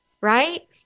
right